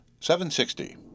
760